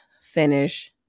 finish